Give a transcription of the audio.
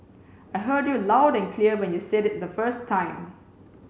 I heard you loud and clear when you said it the first time